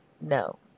No